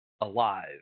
alive